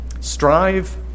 Strive